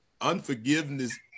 unforgiveness